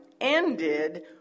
ended